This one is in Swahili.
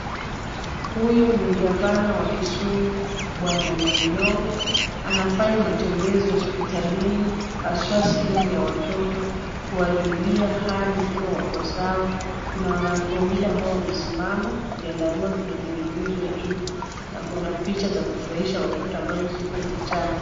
Huyu ni gavana wa Kisumu, Bwana Anyang' Nyong'o. Anafanya matembezi hospitalini haswa sehemu ya watoto, kuwajulia hali ikiwa wako sawa. Kuna wanawake wawili ambao wamesimama, vyandarua vimening'inizwa juu na kuna picha za kufurahisha watoto ambazo ziko ukutani.